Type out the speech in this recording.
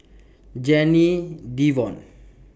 Janie Devon